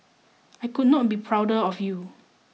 I could not be prouder of you